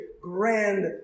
grand